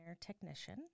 technician